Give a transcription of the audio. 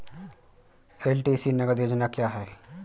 LTC नगद योजना क्या है?